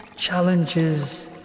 challenges